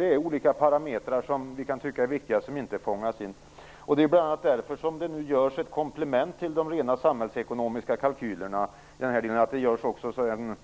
Det är olika parametrar, som vi kan tycka är viktiga, som inte fångas in. Det är bl.a. därför som det nu görs ett komplement till de rena samhällsekonomiska kalkylerna genom att det också görs en